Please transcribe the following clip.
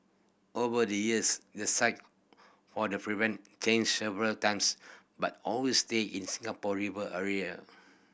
over the years the site for the prevent changed several times but always stayed in Singapore River area